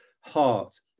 heart